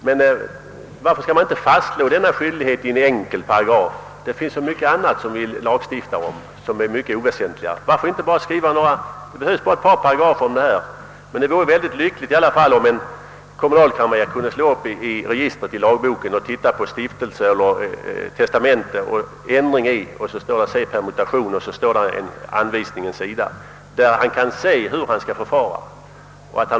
Men varför skall inte denna skyldighet fastslås i en enkel paragraf? Vi lagstiftar om så mycket annat som är oväsentligare, och då kan vi väl även skriva några få paragrafer om detta. Det vore bra om exempelvis en kommunalkamrer kunde slå upp registret i lagboken och där finna en rubrik: Stiftelser eller Testamenten, ändring i. Se permutation. Han skulle då själv kunna ta reda på hur han skall förfara.